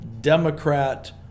Democrat